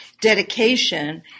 Dedication